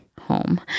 Home